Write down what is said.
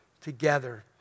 together